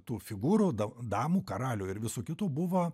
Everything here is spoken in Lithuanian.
tų figūrų da damų karalių ir visų kitų buvo